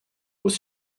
was